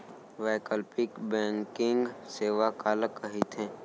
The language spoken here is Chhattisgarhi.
वैकल्पिक बैंकिंग सेवा काला कहिथे?